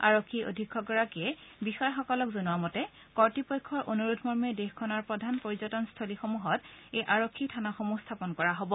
আৰক্ষী অধীক্ষকগৰাকীয়ে বিষয়াসকলক জনোৱা মতে কৰ্তৃপক্ষৰ অনুৰোধ মৰ্মে দেশখনৰ প্ৰধান পৰ্যটন স্থলীসমূহত এই আৰক্ষী থানাসমূহ স্থাপন কৰা হ'ব